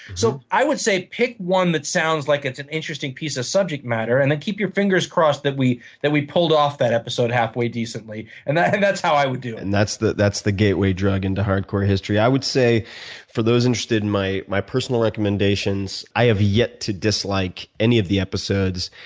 so i would say pick one that sounds like it's an interesting piece of subject matter and then keep your fingers crossed that we that we pulled off that episode halfway decently. and that's how i would do it. and that's the that's the gateway drug into hardcore history. i would say for those interested in my my personal recommendations, i have yet to dislike any of the episodes.